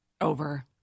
Over